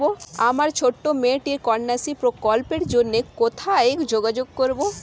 আমার ছোট্ট মেয়েটির কন্যাশ্রী প্রকল্পের জন্য কোথায় যোগাযোগ করব?